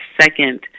second